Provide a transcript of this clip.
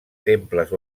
temples